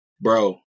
Bro